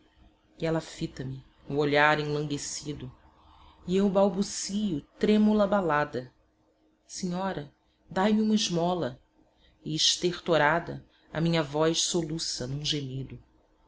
e ela fita me o olhar enlanguescido e eu balbucio trêmula balada senhora dai-me uma esmola e estertorada a minha voz soluça num gemido